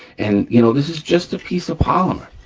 and you know this is just a piece of polymer,